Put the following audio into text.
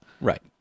Right